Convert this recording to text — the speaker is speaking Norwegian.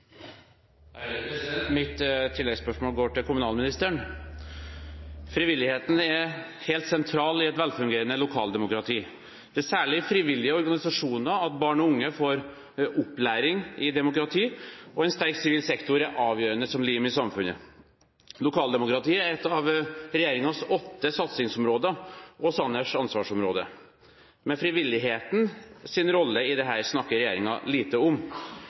helt sentral i et velfungerende lokaldemokrati. Det er særlig i frivillige organisasjoner at barn og unge får opplæring i demokrati, og en sterk sivil sektor er avgjørende som lim i samfunnet. Lokaldemokratiet er ett av regjeringens åtte satsingsområder og Sanners ansvarsområde. Men frivillighetens rolle i dette snakker regjeringen lite om.